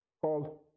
called